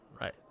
Right